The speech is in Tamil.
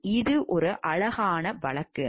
எனவே இது ஒரு அழகான வழக்கு